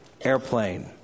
airplane